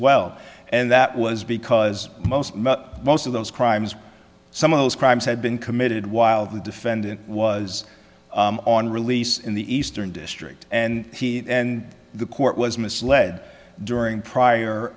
well and that was because most most of those crimes some of those crimes had been committed while the defendant was on release in the eastern district and he and the court was misled during